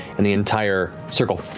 and the entire circle